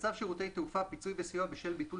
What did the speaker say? בצו שירותי תעופה (פיצוי וסיוע בשל ביטול